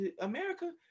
America